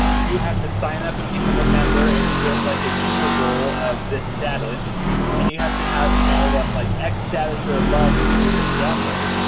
you have to sign up and become a member and you get like a user role of this status and you have to have, you know, but like, x status or above to see this download.